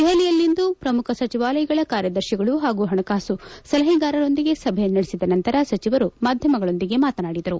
ದೆಹಲಿಯಲ್ಲಿಂದು ಪ್ರಮುಖ ಸಚಿವಾಲಯಗಳ ಕಾರ್ಯದರ್ತಿಗಳು ಹಾಗೂ ಹಣಕಾಸು ಸಲಹೆಗಾರರೊಂದಿಗೆ ಸಭೆ ನಡೆಸಿದ ನಂತರ ಸಚಿವರು ಮಾಧ್ಯಮಗಳೊಂದಿಗೆ ಮಾತನಾಡಿದರು